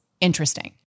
interesting